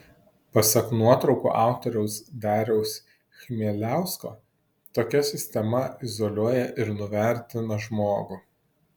pasak nuotraukų autoriaus dariaus chmieliausko tokia sistema izoliuoja ir nuvertina žmogų